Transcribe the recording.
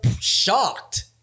shocked